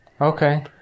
Okay